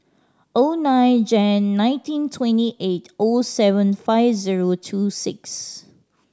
O nine Jan nineteen twenty eight O seven five zero two six